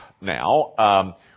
now